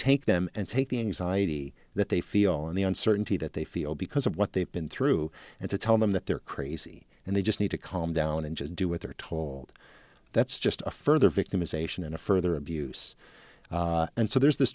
take them and take the anxiety that they feel and the uncertainty that they feel because of what they've been through and to tell them that they're crazy and they just need to calm down and just do what they're told that's just a further victimization and a further abuse and so there's this